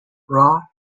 raw